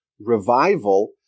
revival